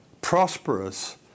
prosperous